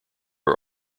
are